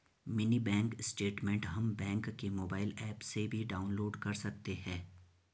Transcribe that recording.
mini bank statement हम bank के mobile app से भी डाउनलोड कर सकते है